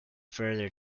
further